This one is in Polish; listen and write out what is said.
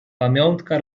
pamiątka